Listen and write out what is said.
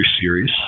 series